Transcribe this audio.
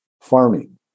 farming